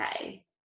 okay